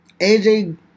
AJ